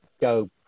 go